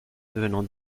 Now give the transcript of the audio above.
venant